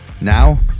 Now